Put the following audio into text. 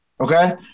Okay